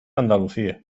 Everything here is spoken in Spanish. andalucía